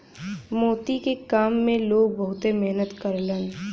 मोती के काम में लोग बहुत मेहनत करलन